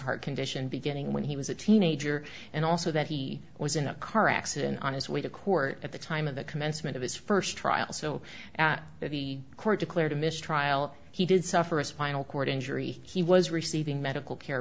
heart condition beginning when he was a teenager and also that he was in a car accident on his way to court at the time of the commencement of his first trial so the court declared a mistrial he did suffer a spinal cord injury he was receiving medical care